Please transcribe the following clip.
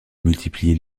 multiplier